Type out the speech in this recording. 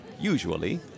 usually